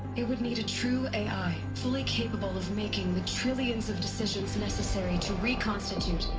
it would need a true ai. fully capable of making the trillions of decisions necessary to reconstitute.